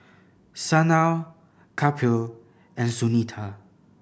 Sanal Kapil and Sunita